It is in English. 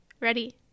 Ready